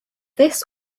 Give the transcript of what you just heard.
this